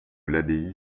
l’abbaye